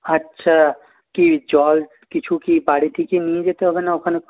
আচ্ছা কী জল কিছু কি বাড়ি থেকে নিয়ে যেতে হবে না ওখানে